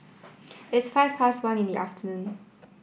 its five past one in the afternoon